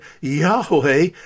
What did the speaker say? Yahweh